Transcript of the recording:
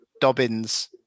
Dobbins